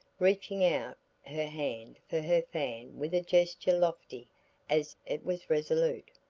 reaching out her hand for her fan with a gesture lofty as it was resolute.